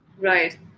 Right